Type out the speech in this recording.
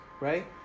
right